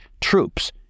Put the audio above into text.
troops